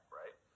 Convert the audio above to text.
right